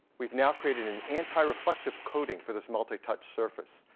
we've now created an anti-reflective coating for this multi-touch surface.